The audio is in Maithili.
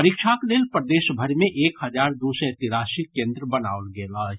परीक्षाक लेल प्रदेशभरि मे एक हजार दू सय तिरासी केन्द्र बनाओल गेल अछि